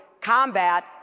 combat